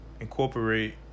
incorporate